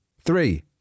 Three